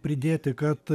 pridėti kad